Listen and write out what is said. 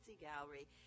Gallery